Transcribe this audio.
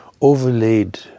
Overlaid